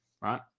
right